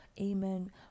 amen